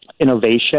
innovation